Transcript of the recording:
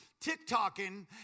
tick-tocking